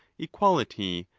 equality,